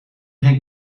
geen